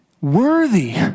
worthy